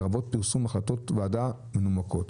לרבות פרסום החלטות ועדה מנומקות.